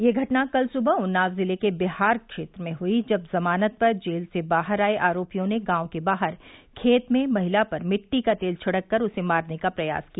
यह घटना कल सुबह उन्नाव जिले के विहार क्षेत्र में हुई जब जमानत पर जेल से बाहर आए आरोपियों ने गांव के बाहर खेत में महिला पर मिट्टी का तेल छिड़ककर उसे मारने का प्रयास किया